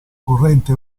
corrente